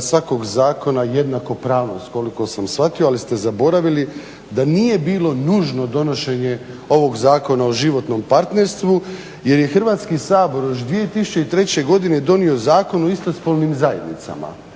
svakog zakona jednakopravnost koliko sam shvatio, ali ste zaboravili da nije bilo nužno donošenje ovog Zakona o životnom partnerstvu jer je Hrvatski sabor još 2003.godine donio Zakon o istospolnim zajednicama.